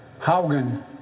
Haugen